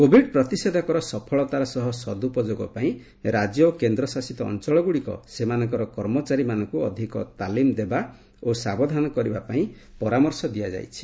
Covid ପ୍ରତିଷେଧକର ସଫଳତାର ସହ ସଦୁପଯୋଗ ପାଇଁ ରାଜ୍ୟ ଓ କେନ୍ଦ୍ରଶାସିତ ଅଞ୍ଚଳ ଗୁଡ଼ିକ ସେମାନଙ୍କର କର୍ମଚାରୀମାନଙ୍କୁ ଅଧିକ ତାଲିମ ଦେବା ଓ ସାବଧାନ କରିବା ପାଇଁ ପରାମର୍ଶ ଦିଆଯାଇଛି